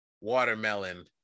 watermelon